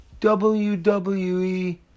WWE